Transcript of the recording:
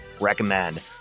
recommend